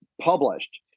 published